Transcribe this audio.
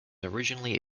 originally